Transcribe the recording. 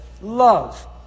love